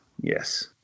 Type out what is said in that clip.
yes